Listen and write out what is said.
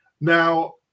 Now